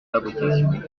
fabrication